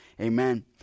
Amen